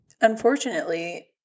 Unfortunately